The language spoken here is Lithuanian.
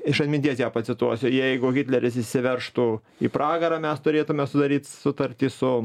iš atminties ją pacituosiu jeigu hitleris įsiveržtų į pragarą mes turėtume sudaryt sutartį su